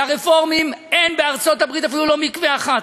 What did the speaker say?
לרפורמים בארצות-הברית אין אפילו מקווה אחד.